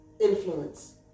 influence